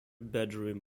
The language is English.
bedroom